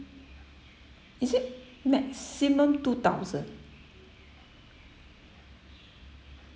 is it maximum two thousand